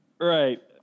Right